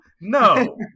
no